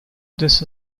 this